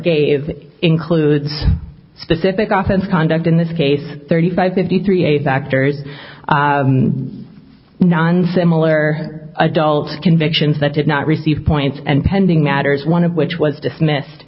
gave includes specific office conduct in this case thirty five fifty three a doctored non similar adult convictions that did not receive points and pending matters one of which was dismissed